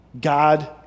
God